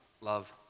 love